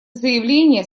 заявление